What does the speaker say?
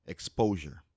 Exposure